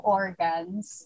organs